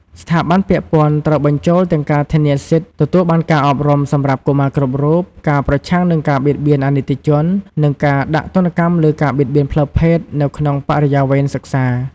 ស្ថាប័នពាក់ព័ន្ធត្រូវបញ្ចូលទាំងការធានាសិទ្ធិទទួលបានការអប់រំសម្រាប់កុមារគ្រប់រូប ការប្រឆាំងនឹងការរៀបការអនីតិជន និងការដាក់ទណ្ឌកម្មលើការបៀតបៀនផ្លូវភេទនៅក្នុងបរិយាវេនសិក្សា។